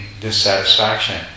dissatisfaction